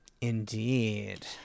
Indeed